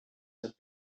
said